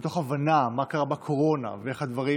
מתוך הבנה מה קרה בקורונה ואיך הדברים